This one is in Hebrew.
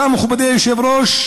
אתה, מכובדי היושב-ראש,